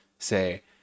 say